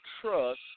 trust